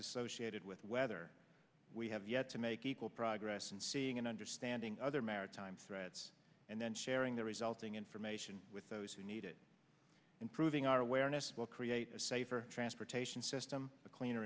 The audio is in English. associated with weather we have yet to make equal progress in seeing and understanding other maritime threats and then sharing the resulting information with those who need it improving our awareness will create a safer transportation system a cleaner